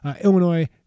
Illinois